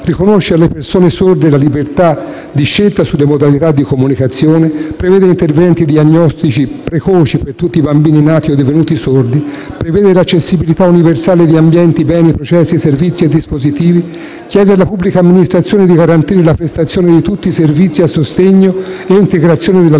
riconosce alle persone sorde la libertà di scelta sulle modalità di comunicazione, prevede interventi diagnostici precoci per tutti i bambini nati o divenuti sordi, prevede l'accessibilità universale di ambienti, beni, processi, servizi e dispositivi, chiede alla pubblica amministrazione di garantire la prestazione di tutti i servizi a sostegno e a integrazione dell'alunno